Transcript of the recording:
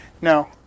No